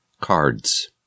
Cards